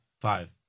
Five